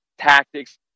tactics